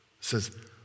says